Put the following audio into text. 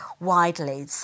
widely